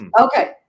Okay